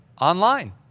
online